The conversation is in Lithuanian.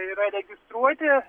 yra registruoti